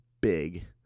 big